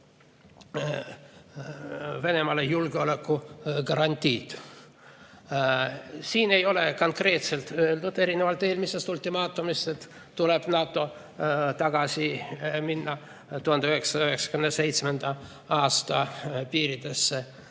Venemaale julgeolekugarantiid. Siin ei ole konkreetselt öeldud, erinevalt eelmisest ultimaatumist, et NATO peab tagasi minema 1997. aasta piiridesse,